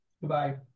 Goodbye